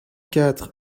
quatre